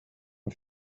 the